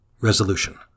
Resolution